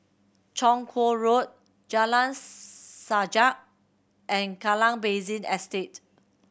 Chong Kuo Road Jalan Sajak and Kallang Basin Estate